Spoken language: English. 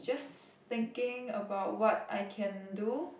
just thinking about what I can do